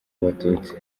abatutsi